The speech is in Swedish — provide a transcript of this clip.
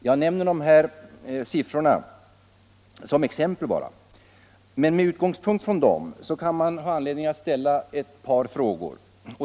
Jag nämner dessa siffror endast som exempel, men med utgångspunkt i dem finns det anledning att ställa ett par frågor.